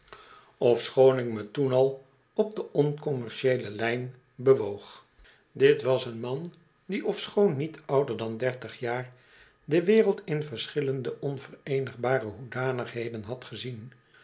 ofschoon ik me toen al op de oncommercieele lijn bewoog dit was een man die ofschoon niet ouder dan dertig jaar de wereld in verschillende onveroenigbare hoedanigheden had gezien